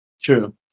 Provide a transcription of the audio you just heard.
True